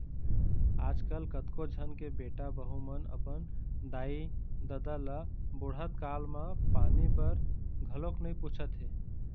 आजकल कतको झन के बेटा बहू मन अपन दाई ददा ल बुड़हत काल म पानी बर घलोक नइ पूछत हे